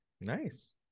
Nice